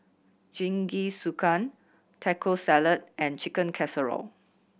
Jingisukan Taco Salad and Chicken Casserole